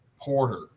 Porter